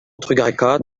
trugarekaat